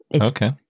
Okay